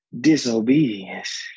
disobedience